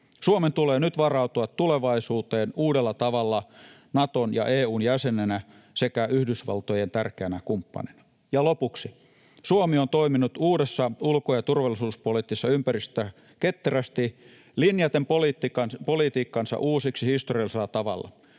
Suomen tulee nyt varautua tulevaisuuteen uudella tavalla Naton ja EU:n jäsenenä sekä Yhdysvaltojen tärkeänä kumppanina. Ja lopuksi: Suomi on toiminut uudessa ulko- ja turvallisuuspoliittisessa ympäristössä ketterästi linjaten politiikkansa uusiksi historiallisella tavalla.